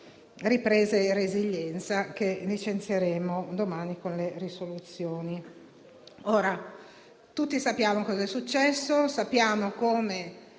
ripresa e resilienza che licenzieremo domani con le risoluzioni.